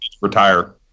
retire